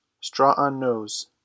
Straw-on-Nose